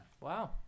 Wow